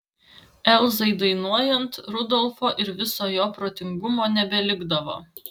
elzai dainuojant rudolfo ir viso jo protingumo nebelikdavo